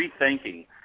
rethinking –